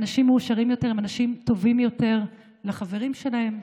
אנשים מאושרים יותר הם אנשים טובים יותר לחברים שלהם.